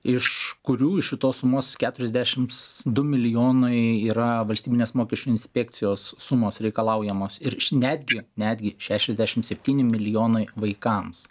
iš kurių iš šitos sumos keturiasdešimt du milijonai yra valstybinės mokesčių inspekcijos sumos reikalaujamos ir netgi netgi šešiasdešimt septyni milijonai vaikams